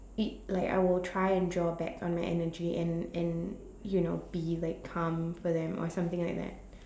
it like I will try and draw back on my energy and and you know be like calm for them or something like that